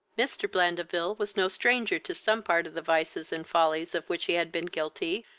mr. blandeville was no stranger to some part of the vices and follies of which he had been guilty,